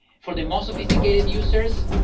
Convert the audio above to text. for the most sophisticated users,